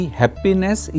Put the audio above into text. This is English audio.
happiness